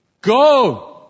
Go